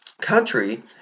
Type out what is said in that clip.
country